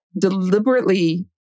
deliberately